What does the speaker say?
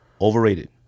overrated